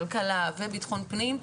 כלכלה ובטחון פנים,